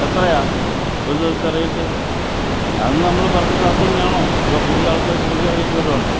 എത്രയാണ് ഒരു ദിവസത്തെ റേറ്റ് അന്ന് നമ്മൾ പറഞ്ഞത് അത് തന്നെയാണോ അതോ പുതിയ ആൾക്കാർക്ക് പുതിയ റേറ്റ് വല്ലതും ഉണ്ടോ